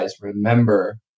remember